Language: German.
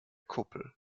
kuppel